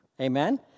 Amen